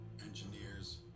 engineers